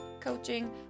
coaching